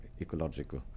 ecological